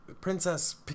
princess